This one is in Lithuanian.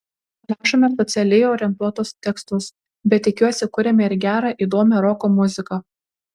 rašome socialiai orientuotus tekstus bet tikiuosi kuriame ir gerą įdomią roko muziką